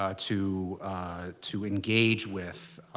ah to to engage with,